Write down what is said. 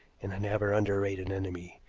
and i never underrate an enemy.